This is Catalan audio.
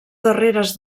darreres